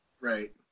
Right